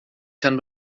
kann